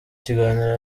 kiganiro